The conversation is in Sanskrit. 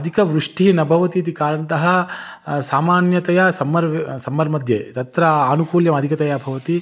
अधिकवृष्टिः न भवति इति कारणतः सामान्यतया सम्मर् वे सम्मर्मध्ये तत्र आनुकूल्यम् अधिकतया भवति